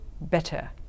better